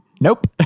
Nope